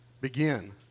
begin